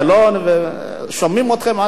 שומעים אתכם עד הפודיום.